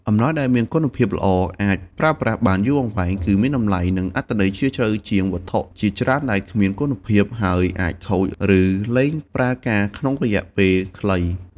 អំណោយដែលមានគុណភាពល្អ អាចប្រើប្រាស់បានយូរអង្វែង គឺមានតម្លៃ និងអត្ថន័យជ្រាលជ្រៅជាងវត្ថុជាច្រើនដែលគ្មានគុណភាព ហើយអាចខូច ឬលែងប្រើការក្នុងពេលខ្លី។